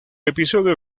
episodio